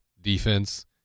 defense